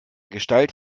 gestalt